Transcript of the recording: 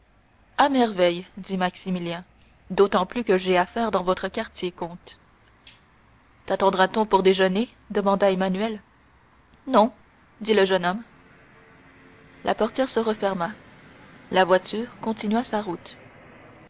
à merveille dit maximilien d'autant plus que j'ai affaire dans votre quartier comte tattendra t on pour déjeuner demanda emmanuel non dit le jeune homme la portière se referma la voiture continua sa route